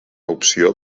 opció